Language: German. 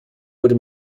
wurde